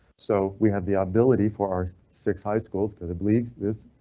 so we have the ability for our six high schools. cause i believe this.